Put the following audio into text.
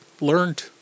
learned